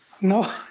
No